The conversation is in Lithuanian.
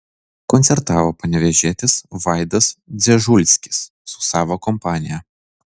koncertavo panevėžietis vaidas dzežulskis su savo kompanija